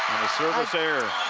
service error.